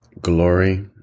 glory